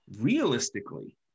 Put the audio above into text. realistically